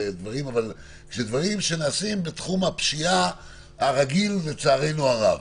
אבל דברים שנעשים בתחום הפשיעה הרגיל לצערנו הרב.